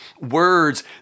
words